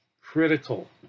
critical